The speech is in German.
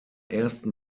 ersten